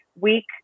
week